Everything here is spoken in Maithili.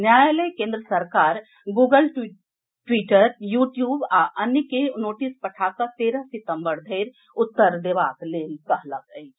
न्यायालय केन्द्र सरकार गूगल ट्वीटर यू ट्यूब आ अन्य के नोटिस पठा कऽ तेरह सितम्बर धरि उत्तर देबाक लेल कहलक अछि